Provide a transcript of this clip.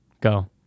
go